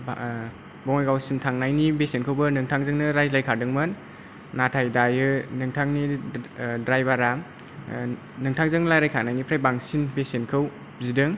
बा बङाइगावसिम थांनायनि बेसेनखौबो नोंथांजोंनो रायलायखादोंमोन नाथाय दायो नोंथांनि ड्राइभारा नोंथांजों रायलायखानायनिफ्राय बांसिन बेसेनखौ बिदों